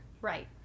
Right